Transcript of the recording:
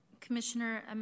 Commissioner